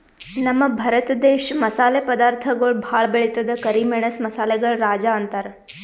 ನಮ್ ಭರತ ದೇಶ್ ಮಸಾಲೆ ಪದಾರ್ಥಗೊಳ್ ಭಾಳ್ ಬೆಳಿತದ್ ಕರಿ ಮೆಣಸ್ ಮಸಾಲೆಗಳ್ ರಾಜ ಅಂತಾರ್